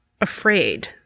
afraid